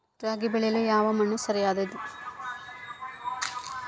ರಾಗಿ ಬೆಳೆಯಲು ಯಾವ ಮಣ್ಣು ಸರಿಯಾದದ್ದು?